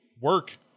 work